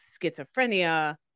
schizophrenia